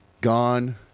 gone